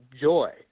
joy